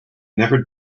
never